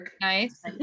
Nice